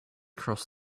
crossed